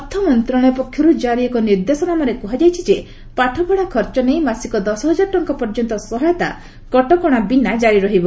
ଅର୍ଥମନ୍ତ୍ରଣାଳୟ ପକ୍ଷରୁ ଜାରି ଏକ ନିର୍ଦ୍ଦେଶନାମାରେ କୁହାଯାଇଛି ଯେ ପାଠପଢ଼ା ଖର୍ଚ୍ଚ ନେଇ ମାସିକ ଦଶହଜାର ଟଙ୍କା ପର୍ଯ୍ୟନ୍ତ ସହାୟତା କଟକଣା ବିନା କାରି ରହିବ